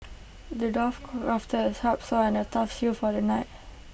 the dwarf crafted A sharp sword and A tough shield for the knight